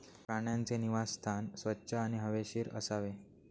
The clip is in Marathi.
प्राण्यांचे निवासस्थान स्वच्छ आणि हवेशीर असावे